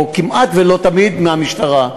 או: כמעט תמיד לא מהמשטרה.